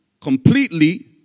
completely